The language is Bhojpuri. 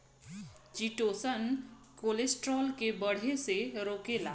चिटोसन कोलेस्ट्राल के बढ़ले से रोकेला